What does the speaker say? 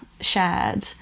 shared